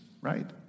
right